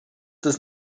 does